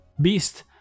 beast